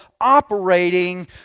operating